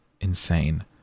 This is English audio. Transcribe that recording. insane